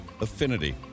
affinity